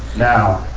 now,